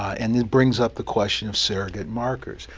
and it brings up the question of surrogate markers.